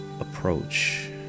approach